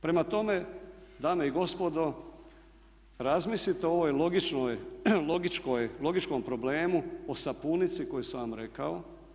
Prema tome, dame i gospodo razmislite o ovom logičkom problemu, o sapunici koju sam vam rekao.